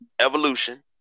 Evolution